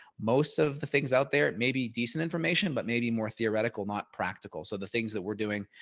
most of the things out there may be decent information, but maybe more theoretical, not practical. so the things that we're doing,